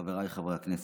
חבריי חברי הכנסת,